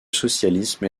socialisme